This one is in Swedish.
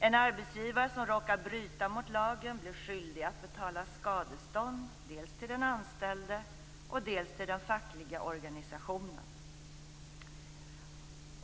En arbetsgivare som råkar bryta mot lagen blir skyldig att betala skadestånd dels till den anställde, dels till den fackliga organisationen.